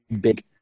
big